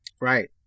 Right